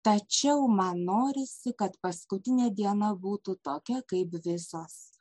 tačiau man norisi kad paskutinė diena būtų tokia kaip visos